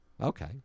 Okay